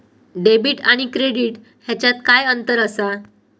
Debit आणि credit ह्याच्यात काय अंतर असा?